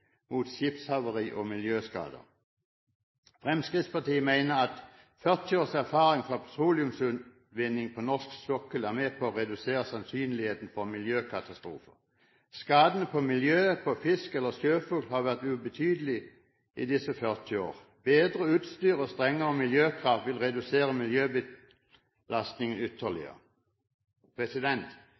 mot skipshavari og miljøskader. Fremskrittspartiet mener at 40 års erfaring fra petroleumsutvinning på norsk sokkel er med på å redusere sannsynligheten for miljøkatastrofer. Skadene på miljøet, på fisk eller sjøfugl har vært ubetydelige i disse 40 år. Bedre utstyr og strengere miljøkrav vil redusere miljøbelastningen ytterligere.